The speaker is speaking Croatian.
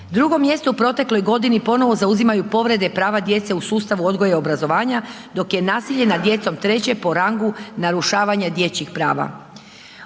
Drugo mjesto u protekloj godini ponovo zauzimaju povrede prava djece u sustavu odgoja i obrazovanja, dok je nasilje nad djecom treće po rangu narušavanja dječjih prava.